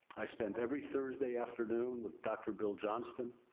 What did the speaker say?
i spent every thursday afternoon with dr. bill johnston.